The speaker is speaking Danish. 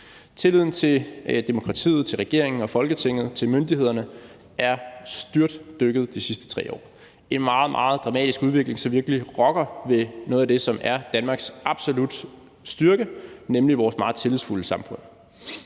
Tilliden til demokratiet, til regeringen, til Folketinget og til myndighederne er styrtdykket de sidste 3 år. Det er en meget, meget dramatisk udvikling, som virkelig rokker ved noget af det, som er Danmarks absolutte styrke, nemlig vores meget tillidsfulde samfund.